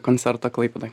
koncerto klaipėdoj